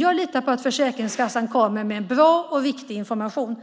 Jag litar på att Försäkringskassan kommer med en bra och riktig information,